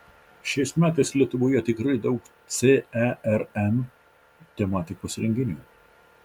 šiais metais lietuvoje tikrai daug cern tematikos renginių